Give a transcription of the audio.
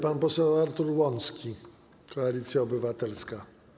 Pan poseł Artur Łącki, Koalicja Obywatelska.